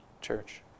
church